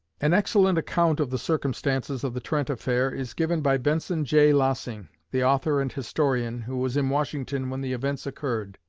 an excellent account of the circumstances of the trent affair is given by benson j. lossing, the author and historian, who was in washington when the events occurred.